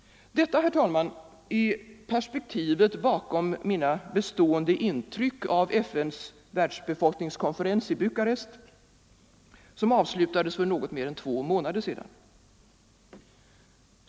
Detta, herr talman, är perspektivet bakom mina bestående intryck av FN:s världsbefolkningskonferens i Bukarest, som avslutades för något mer än två månader sedan.